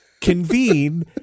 convene